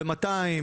ב-"200",